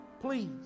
Please